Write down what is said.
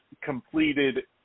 completed